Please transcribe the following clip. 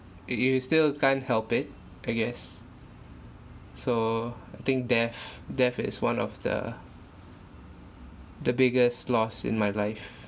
it it you still can't help it I guess so I think death death is one of the the biggest loss in my life